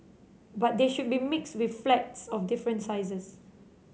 but they should be mixed with flats of different sizes